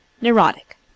neurotic